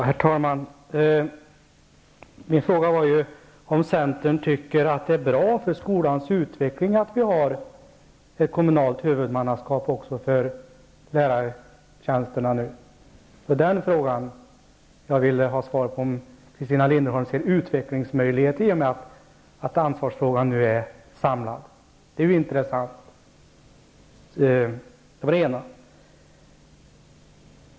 Herr talman! Min fråga var om centern tycker att det är bra för skolans utveckling att ha ett kommunalt huvudmannaskap för lärartjänsterna. Ser centern några utvecklingsmöjligheter i det faktum att ansvarsfrågan nu är samlad?